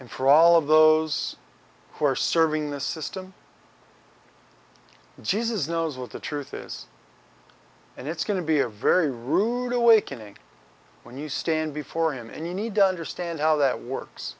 him for all of those who are serving the system jesus knows what the truth is and it's going to be a very rude awakening when you stand before him and you need to understand how that works